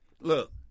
Look